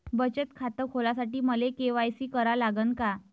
बचत खात खोलासाठी मले के.वाय.सी करा लागन का?